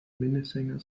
minnesänger